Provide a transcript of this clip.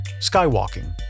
skywalking